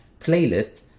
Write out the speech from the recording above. playlist